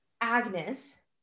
Agnes